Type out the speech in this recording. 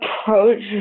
approach